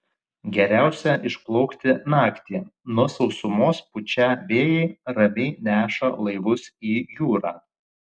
geriausia išplaukti naktį nuo sausumos pučią vėjai ramiai neša laivus į jūrą